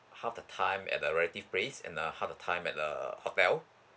half the time at the relative place and uh half the time at the hotel